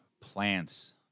plants